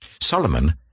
Solomon